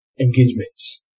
engagements